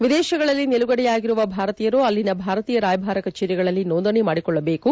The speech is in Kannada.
ವಿದೇಶಗಳಲ್ಲಿ ನಿಲುಗಡೆಯಾಗಿರುವ ಭಾರತೀಯರು ಅಲ್ಲಿನ ಭಾರತೀಯ ರಾಯಭಾರ ಕಚೇರಿಗಳಲ್ಲಿ ನೋಂದಣಿ ಮಾಡಿಕೊಳ್ಳಬೇಕು